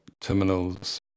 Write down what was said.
terminals